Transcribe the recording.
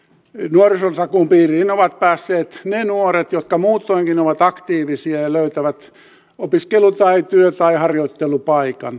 nuorisotakuun piiriin ovat päässeet ne nuoret jotka muutoinkin ovat aktiivisia ja löytävät opiskelu työ tai harjoittelupaikan